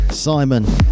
Simon